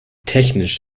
technisch